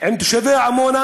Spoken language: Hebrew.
עם תושבי עמונה